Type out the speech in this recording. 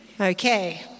Okay